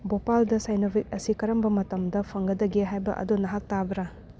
ꯚꯣꯄꯥꯜꯗ ꯁꯥꯏꯅꯣꯕꯦꯛ ꯑꯁꯤ ꯀꯔꯝꯕ ꯃꯇꯝꯗ ꯐꯪꯒꯗꯒꯦ ꯍꯥꯏꯕ ꯑꯗꯨ ꯅꯍꯥꯛ ꯇꯥꯕ꯭ꯔꯥ